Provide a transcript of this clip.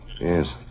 Yes